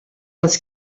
els